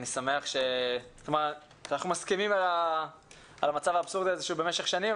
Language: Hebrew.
אנחנו מסכימים על המצב האבסורדי הזה שקיים במשך שנים,